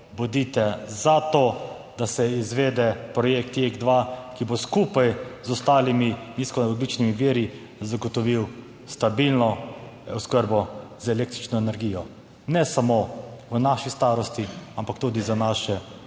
Bodite za to, da se izvede projekt JEK2, ki bo skupaj z ostalimi iskogljičnimi viri zagotovil stabilno oskrbo z električno energijo ne samo v naši starosti, ampak tudi za naše